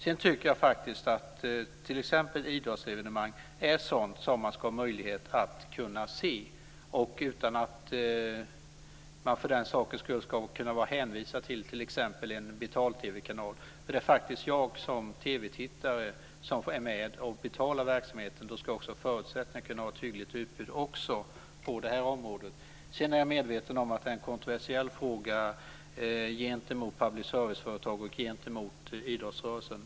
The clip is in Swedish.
Jag tycker faktiskt att t.ex. idrottsevenemang är sådant som man ska ha möjlighet att se utan att vara hänvisad till en betal-TV-kanal. Det är faktiskt jag som TV-tittare som är med och betalar verksamheten. Då ska man också ha förutsättningar för ett hyggligt utbud även på det här området. Jag är medveten om att det här är en kontroversiell fråga gentemot public service-företag och idrottsrörelsen.